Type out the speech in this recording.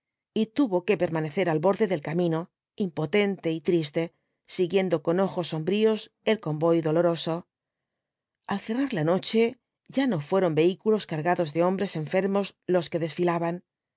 y tuvo que permanecer al borde del camino impotente y triste siguiendo con ojos sombríos el convoy doloroso al cerrar la noche ya no fueron vehículos cargados de hombres enfermos los que desfilaban